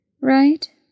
right